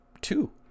two